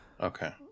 Okay